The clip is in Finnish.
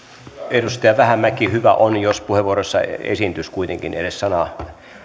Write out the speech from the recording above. edustaja vähämäki hyvä olisi jos puheenvuoroissa esiintyisi kuitenkin edes sana